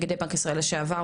נגידי בנק ישראל לשעבר,